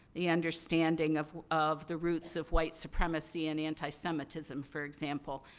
the understanding of of the roots of white supremacy and anti-semitism, for example,